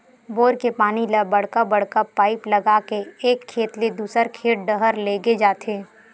bore के पानी ल बड़का बड़का पाइप लगा के एक खेत ले दूसर खेत डहर लेगे जाथे